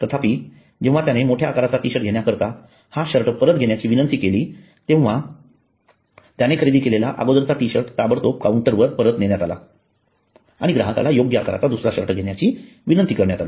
तथापि जेव्हा त्याने मोठ्या आकाराचा शर्ट घेण्याकरता हा शर्ट परत घेण्याची विनंती केली तेव्हा त्याने खरेदी केलेला अगोदरचा टी शर्ट ताबडतोब काउंटरवर परत नेण्यात आला आणि ग्राहकाला योग्य आकाराचा दुसरा शर्ट घेण्याची विनंती करण्यात आली